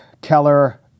Keller